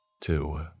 Two